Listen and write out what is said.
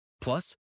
Plus